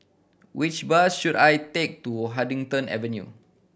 which bus should I take to Huddington Avenue